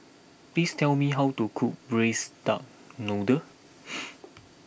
please tell me how to cook Braised Duck Noodle